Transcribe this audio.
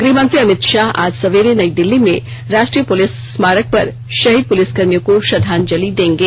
गृहमंत्री अमित शाह आज सवेरे नई दिल्ली में राष्ट्रीय पुलिस स्मारक पर शहीद पुलिसकर्मियों को श्रद्वांजलि देंगे